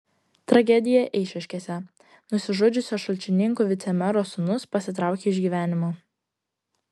tragedija eišiškėse nusižudžiusio šalčininkų vicemero sūnus pasitraukė iš gyvenimo